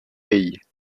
pays